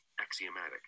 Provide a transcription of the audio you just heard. axiomatic